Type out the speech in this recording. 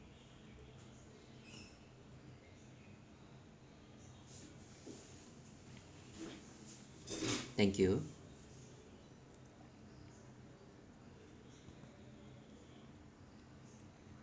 thank you